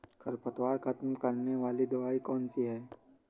खरपतवार खत्म करने वाली दवाई कौन सी है?